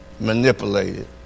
manipulated